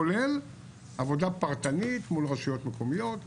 כולל עבודה פרטנית מול רשויות מקומיות,